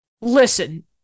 listen